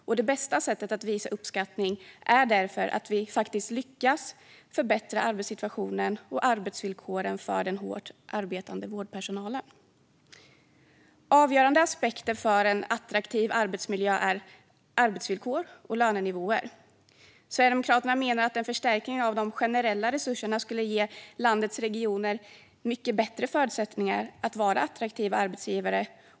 Och det bästa sättet att visa uppskattning är därför att vi faktiskt lyckas förbättra arbetssituationen och arbetsvillkoren för den hårt arbetande vårdpersonalen. Avgörande aspekter för en attraktiv arbetsmiljö är arbetsvillkor och lönenivåer. Sverigedemokraterna menar att en förstärkning av de generella resurserna skulle ge landets regioner mycket bättre förutsättningar att vara attraktiva arbetsgivare.